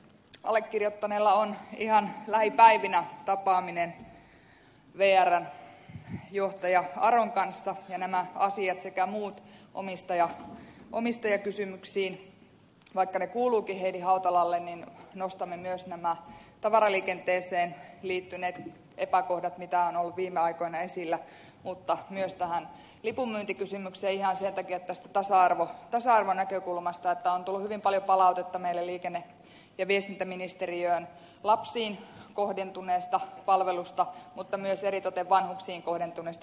allekirjoittaneella on ihan lähipäivinä tapaaminen vrn johtajan aron kanssa ja vaikka nämä asiat sekä muut omistajakysymyksiin liittyvät asiat kuuluvatkin heidi hautalalle nostamme esille myös nämä tavaraliikenteeseen liittyneet epäkohdat mitä on ollut viime aikoina esillä mutta myös tämän lipunmyyntikysymyksen ihan tästä tasa arvonäkökulmasta katsoen koska on tullut hyvin paljon palautetta meille liikenne ja viestintäministeriöön lapsiin kohdentuneesta palvelusta mutta myös eritoten vanhuksiin kohdentuneesta palvelusta